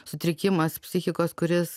sutrikimas psichikos kuris